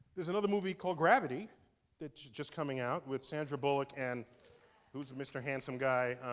there's another movie called gravity that's just coming out with sandra bullock and who's mr. handsome guy?